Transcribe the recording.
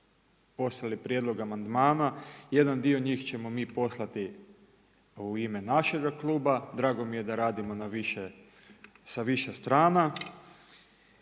poslali prijedlog amandmana, jedan dio njih ćemo mi poslati u ime našega kluba. Drago mi je da radimo sa više strana.